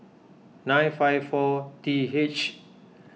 nine five four T H